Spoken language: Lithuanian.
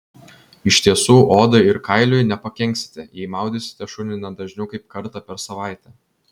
iš tiesų odai ir kailiui nepakenksite jei maudysite šunį ne dažniau kaip kartą per savaitę